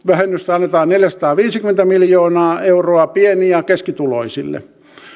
annetaan neljäsataaviisikymmentä miljoonaa euroa pieni ja keskituloisille